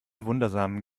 wundersamen